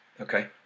okay